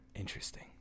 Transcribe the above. Interesting